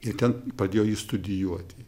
ir ten pradėjo jį studijuoti